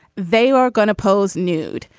they are going to pose nude.